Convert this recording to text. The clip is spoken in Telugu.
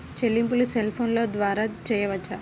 చెల్లింపులు సెల్ ఫోన్ ద్వారా చేయవచ్చా?